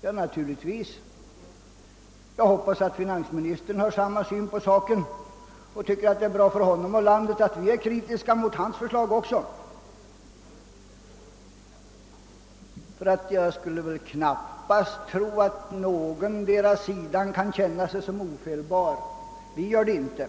Ja, naturligtvis — jag hoppas att finansministern också tycker att det är bra för honom och för landet att vi är kritiska mot hans förslag. Jag skulle knappast tro att någondera sidan känner sig ofelbar. Vi gör det i varje fall